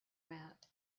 mat